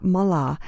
Mala